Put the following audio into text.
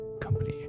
Company